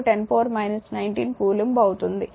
849 10 16 coulomb అవుతుంది